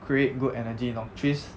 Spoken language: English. create good energy 你懂 trees